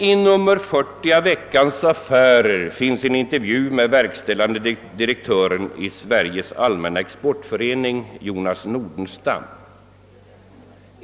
I nr 40 av Veckans Affärer finns emellertid en in tervju med verkställande direktören i Sveriges allmänna exportförening, Jonas Nordenson.